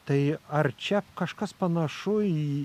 tai ar čia kažkas panašu į